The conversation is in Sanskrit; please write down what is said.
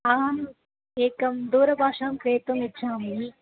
अहम् एकं दूरभाषां क्रेतुमिच्छामि